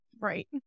Right